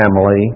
family